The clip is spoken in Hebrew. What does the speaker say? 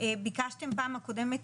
ביקשתם פעם הקודמת,